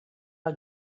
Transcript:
els